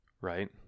right